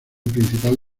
principal